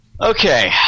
Okay